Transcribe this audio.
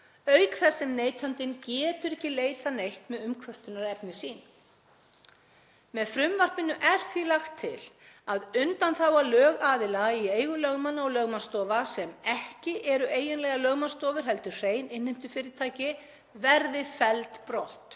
auk þess sem neytandinn getur ekki leitað neitt með umkvörtunarefni sín. Með frumvarpinu er því lagt til að undanþága lögaðila í eigu lögmanna og lögmannsstofa, sem ekki eru eiginlegar lögmannsstofur heldur hrein innheimtufyrirtæki, verði felld brott